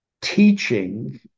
teaching